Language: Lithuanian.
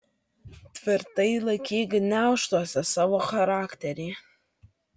tvirtai laikyk gniaužtuose savo charakterį